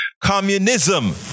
Communism